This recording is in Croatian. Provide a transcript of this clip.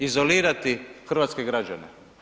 Izolirati hrvatske građane.